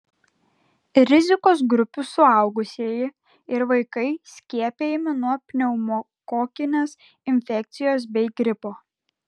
rizikos grupių suaugusieji ir vaikai skiepijami nuo pneumokokinės infekcijos bei gripo